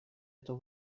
эту